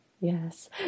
Yes